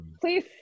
please